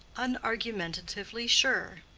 unargumentatively sure.